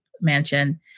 mansion